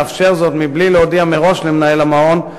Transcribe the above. לאפשר זאת מבלי להודיע מראש למנהל המעון,